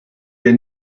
wir